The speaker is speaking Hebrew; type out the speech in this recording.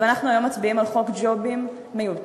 אבל אנחנו היום מצביעים על חוק ג'ובים מיותר,